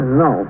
no